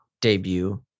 debut